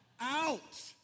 out